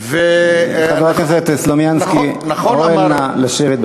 חבר הכנסת סלומינסקי, הואל נא לשבת.